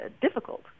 difficult